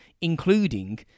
including